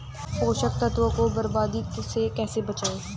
पोषक तत्वों को बर्बादी से कैसे बचाएं?